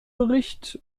bericht